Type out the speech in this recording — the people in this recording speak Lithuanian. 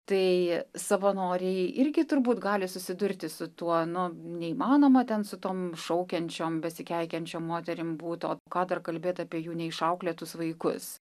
tai savanoriai irgi turbūt gali susidurti su tuo nu neįmanoma ten su tom šaukiančiom besikeikiančiom moterim būt o ką dar kalbėt apie jų neišauklėtus vaikus